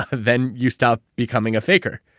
then you start becoming a faker.